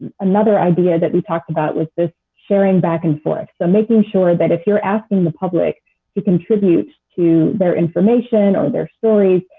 another idea that we talked about was this sharing back and forth. so making sure that if you are asking the public to contribute to their information or their stories,